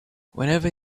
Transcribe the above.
whenever